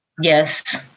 Yes